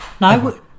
no